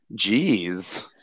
Jeez